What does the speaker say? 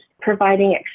providing